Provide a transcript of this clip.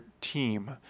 team